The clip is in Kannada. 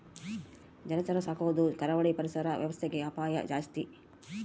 ಜಲಚರ ಸಾಕೊದು ಕರಾವಳಿ ಪರಿಸರ ವ್ಯವಸ್ಥೆಗೆ ಅಪಾಯ ಜಾಸ್ತಿ